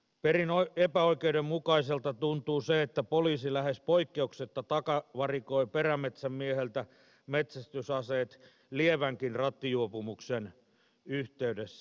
perin epäoikeudenmukaiselta tuntuu se että poliisi lähes poikkeuksetta takavarikoi perämetsän mieheltä metsästysaseet lievänkin rattijuopumuksen yhteydessä